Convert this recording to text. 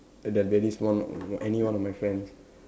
there'll be at least one any one of my friends